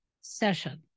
session